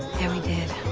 yeah we did.